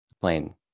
plane